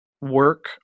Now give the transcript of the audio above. work